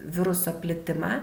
viruso plitimą